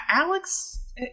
Alex